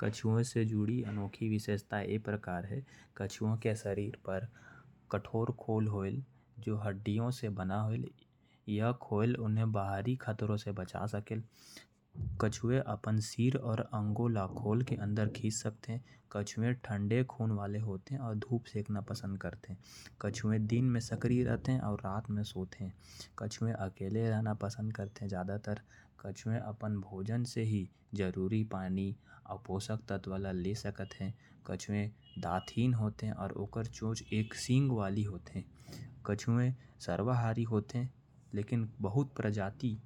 कछुआ के प्रजाति कुछ ये प्रकार है। कछुआ के ऊपर एक मोटा खोल होयल। यह खोल उन्हें बाहरी खतरा ले बचा के रखेल। कछुआ ठंडा खून के होयल। कछुआ दिन में सक्रिय हो थे कछुआ अकेला रहना पसंद कर थे। कछुआ दांत हीन होयल। और कछुआ मांसाहारी भी होयल और शाकाहारी भी। कछुआ के बहुत प्रजाति